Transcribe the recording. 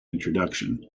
introduction